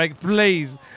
Please